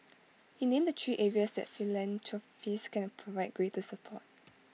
he named the three areas that philanthropists can provide greater support